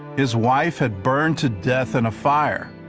his wife had burn to death in a fire,